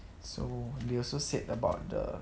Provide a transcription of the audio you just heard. so they also said about the